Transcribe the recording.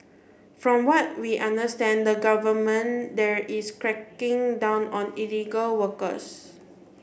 from what we understand the government there is cracking down on illegal workers